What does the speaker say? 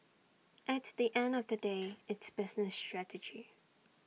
at the end of the day it's business strategy